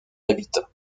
habitat